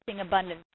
abundance